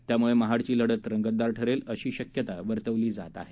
त्यामुळे महाडची लढत रंगतदार ठरेल अशी शक्यता वर्तवली जात आहे